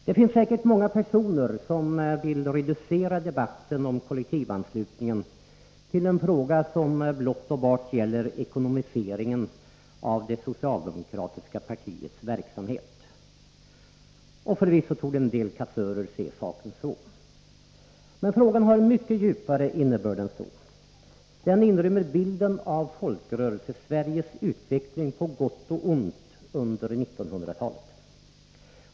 Det finns säkert många personer som vill reducera debatten om kollektivanslutningen till en fråga som blott och bart gäller ekonomiseringen av det socialdemokratiska partiets verksamhet. Och förvisso torde en del kassörer se saken så. Men frågan har en mycket djupare innebörd än så. Den inrymmer bilden av Folkrörelsesveriges utveckling på gott och ont under 1900-talet.